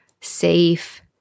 safe